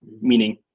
meaning